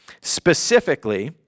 specifically